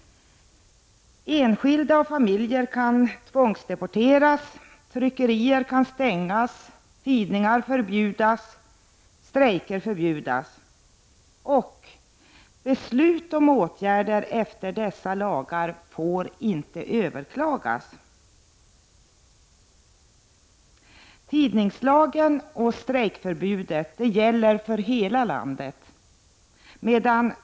Enskilda och familjer kan tvångsdeporteras, tryckerier kan stängas och tidningar liksom strejker förbjudas. Beslut om åtgärder enligt dessa lagar får inte heller överklagas. Tidningslagen och strejkförbudet gäller i hela landet.